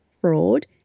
fraud